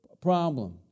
problem